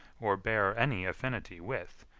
or bear any affinity with,